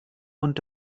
und